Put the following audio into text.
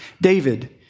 David